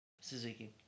Suzuki